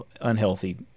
unhealthy